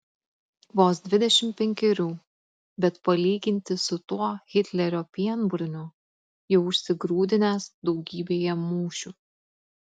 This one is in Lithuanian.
vos dvidešimt penkerių bet palyginti su tuo hitlerio pienburniu jau užsigrūdinęs daugybėje mūšių